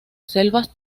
selvas